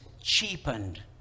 cheapened